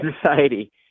society